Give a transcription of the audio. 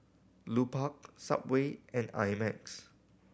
Lupark Subway and I Max